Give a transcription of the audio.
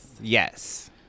Yes